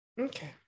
okay